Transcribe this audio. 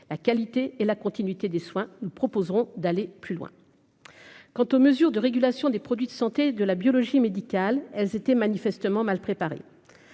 la qualité et la continuité des soins, nous proposerons d'aller plus loin quant aux mesures de régulation des produits de santé, de la biologie médicale, elles étaient manifestement mal préparé,